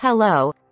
Hello